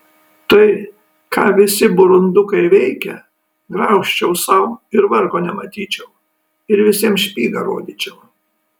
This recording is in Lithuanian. tai ką visi burundukai veikia graužčiau sau ir vargo nematyčiau ir visiems špygą rodyčiau